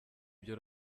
byo